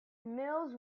mills